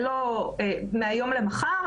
זה לא מהיום למחר,